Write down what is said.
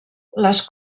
les